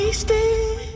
Wasted